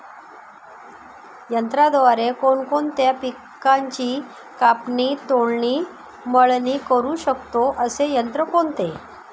यंत्राद्वारे कोणकोणत्या पिकांची कापणी, तोडणी, मळणी करु शकतो, असे यंत्र कोणते?